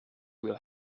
will